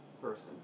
person